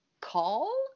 call